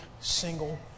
single